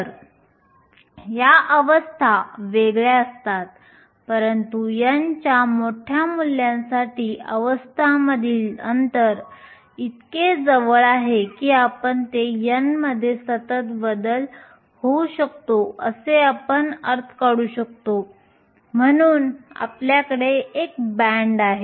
तर या अवस्था वेगळ्या असतात परंतु N च्या मोठ्या मूल्यांसाठी अवस्थांमधील अंतर इतके जवळ आहे की आपण ते N मध्ये सतत बदल होऊ शकतो असे आपण अर्थ काढू शकतो म्हणून आपल्याकडे एक बँड आहे